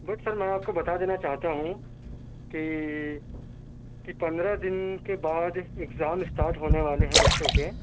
but sir میں آپ کو بتا دینا چاہتا ہوں کہ کہ پندرہ دِن کے بعد اگزام اسٹاٹ ہو نے والے ہیں بچوں کے